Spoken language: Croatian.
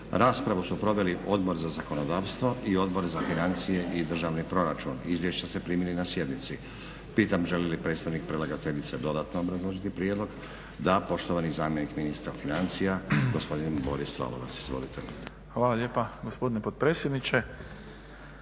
Raspravu su proveli Odbor za zakonodavstvo i Odbor za financije i državni proračun. Izvješća ste primili na sjednici. Pitam želi li predstavnik predlagateljice dodatno obrazložiti prijedlog? Da, poštovani zamjenik ministra financija, gospodin Boris Lalovac. **Lalovac, Boris** Hvala lijepa gospodine potpredsjedniče,